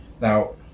Now